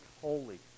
holy